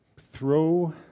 throw